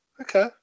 Okay